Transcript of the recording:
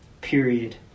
period